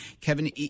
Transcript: Kevin